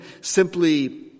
simply